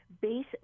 Base